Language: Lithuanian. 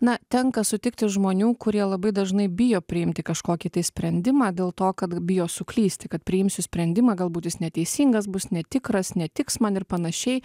na tenka sutikti žmonių kurie labai dažnai bijo priimti kažkokį tai sprendimą dėl to kad bijo suklysti kad priimsiu sprendimą galbūt jis neteisingas bus netikras netiks man ir panašiai